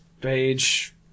page